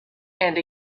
and